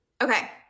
Okay